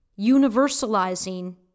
universalizing